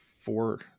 four